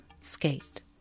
skate